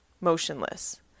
motionless